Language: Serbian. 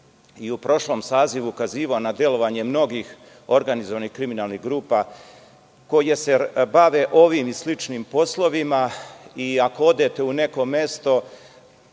i u prošlom sazivu ukazivao na delovanje mnogih organizovanih kriminalnih grupa koje se bave ovim i sličnim poslovima. Ako odete u neko mesto,